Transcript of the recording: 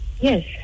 yes